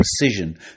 precision